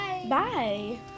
Bye